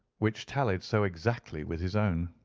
which tallied so exactly with his own.